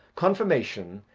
confirmation,